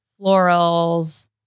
florals